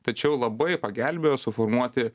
tačiau labai pagelbėjo suformuoti